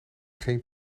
geen